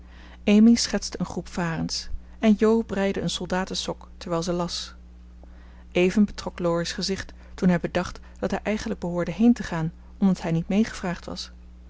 amy schetste een groep varens en jo breide een soldatensok terwijl ze las even betrok laurie's gezicht toen hij bedacht dat hij eigenlijk behoorde heen te gaan omdat hij niet mee gevraagd was